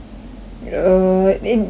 err in time